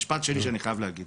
משפט שני שאני חייב להגיד